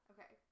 Okay